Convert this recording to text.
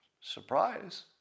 Surprise